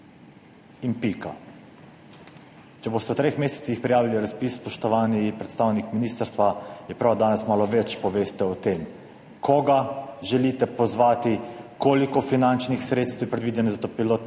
in pika. Če boste v treh mesecih prijavili razpis, spoštovani predstavniki ministrstva, je prav, da danes malo več poveste o tem, koga želite pozvati, koliko finančnih sredstev je predvidenih za ta pilotni